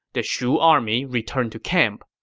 the shu army returned to camp.